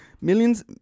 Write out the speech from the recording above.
Millions